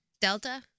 Delta